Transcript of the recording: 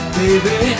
baby